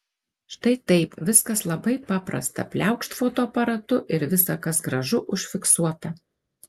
štai taip viskas labai paprasta pliaukšt fotoaparatu ir visa kas gražu užfiksuota